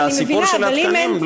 אבל הסיפור של התקנים,